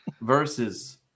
versus